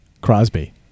Crosby